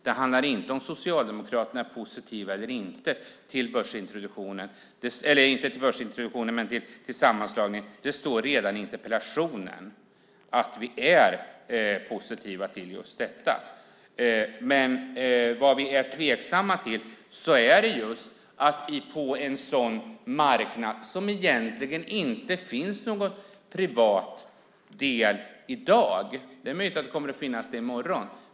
Den handlar inte om ifall Socialdemokraterna är positiva eller inte till sammanslagningen. Det står redan i interpellationen att vi är positiva till just denna. Vad vi är tveksamma till är att det sker just på en sådan marknad där det egentligen inte finns någon privat del i dag - det är möjligt att det kommer att finnas i morgon.